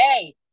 hey